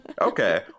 Okay